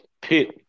pit